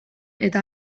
eta